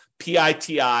PITI